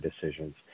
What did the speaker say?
decisions